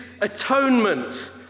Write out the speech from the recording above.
atonement